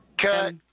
cut